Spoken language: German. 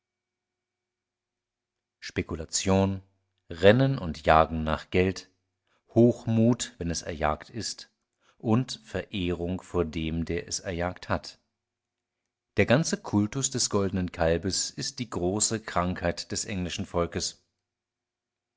spekulation rennen und jagen nach geld hochmut wenn es erjagt ist und verehrung vor dem der es erjagt hat der ganze kultus des goldnen kalbes ist die große krankheit des englischen volkes